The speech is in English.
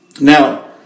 Now